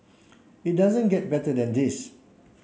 it doesn't get better than this